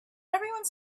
everyone